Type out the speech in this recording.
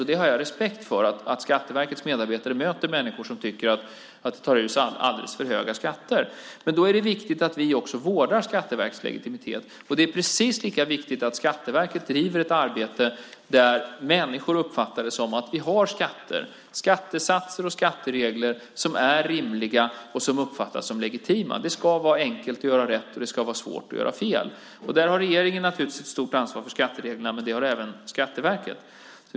Jag har respekt för att Skatteverkets medarbetare möter människor som tycker att det tas ut alldeles för höga skatter. Då är det viktigt att vi också vårdar Skatteverkets legitimitet. Det är precis lika viktigt att Skatteverket driver ett arbete där människor uppfattar att vi har skatter, skattesatser och skatteregler, som är rimliga och som uppfattas som legitima. Det ska vara enkelt att göra rätt, och det ska vara svårt att göra fel. Naturligtvis har regeringen där ett stort ansvar för skattereglerna, och det har även Skatteverket.